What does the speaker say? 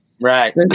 Right